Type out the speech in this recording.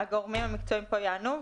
על ההיבט המקצועי גורמים מקצועיים יענו.